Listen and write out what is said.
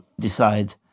decide